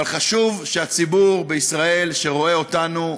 אבל חשוב שהציבור בישראל, שרואה אותנו,